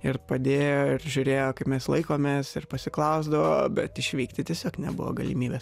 ir padėjo ir žiūrėjo kaip mes laikomės ir pasiklausdavo bet išvykti tiesiog nebuvo galimybės